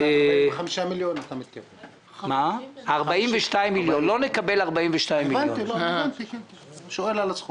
42 מיליון - לא נקבל 42 מיליון אני לא